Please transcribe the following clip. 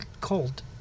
Cold